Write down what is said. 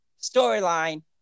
storyline